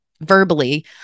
verbally